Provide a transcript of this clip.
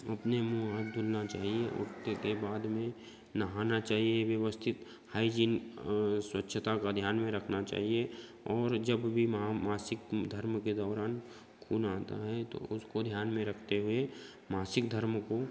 अपने मुँह हाथ धुलना चाहिए उठने के बाद में नहाना चाहिए व्यवस्थित हाइजीन स्वछता का ध्यान में रखना चाहिए और जब भी मासिक धर्म के दौरान खून आता है उसको ध्यान में रखते हुए मासिक धर्म को